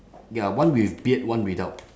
ya one with beard one without